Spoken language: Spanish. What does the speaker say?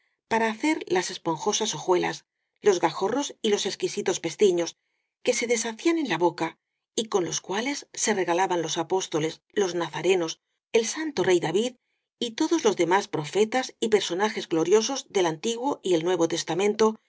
para hacer las esponjosas hojuelas los gajorros y los exquisitos pestiños que se deshacían en la boca y con los cuales se regalaban los apóstoles los na zarenos el santo rey david y todos los demás pro fetas y personajes gloriosos del antiguo y del nue vo testamento